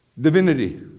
divinity